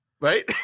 right